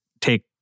take